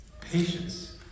Patience